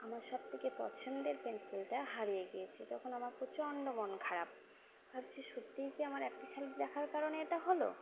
আমার সব থেকে পছন্দের পেন্সিলটা হারিয়ে গিয়েছে তখন আমার প্রচন্ড মন খারাপ ভাবছি সত্যিই কি আমার একটি শালিক দেখার কারণে এটা হলো